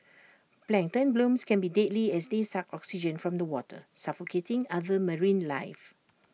plankton blooms can be deadly as they suck oxygen from the water suffocating other marine life